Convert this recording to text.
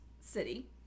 city